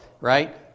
right